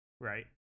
right